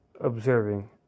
observing